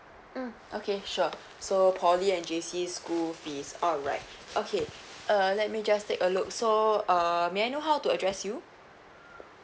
mm okay sure so poly and J_C's school fees alright okay uh let me just take a look so err may I know how to address you